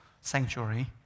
sanctuary